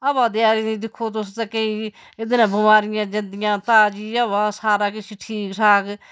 हवा देआरें दी दिक्खो तुस ते केईं एहदे ने बमारियां जंदियां ताजी हवा सारा किश ठीक ठाक